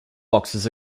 boxes